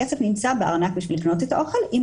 הכסף נמצא בארנק בשביל לקנות את האוכל ואם